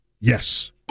Yes